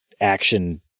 action